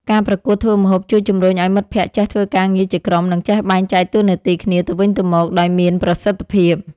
ការប្រកួតធ្វើម្ហូបជួយជំរុញឱ្យមិត្តភក្តិចេះធ្វើការងារជាក្រុម និងចេះបែងចែកតួនាទីគ្នាទៅវិញទៅមកដោយមានប្រសិទ្ធភាព។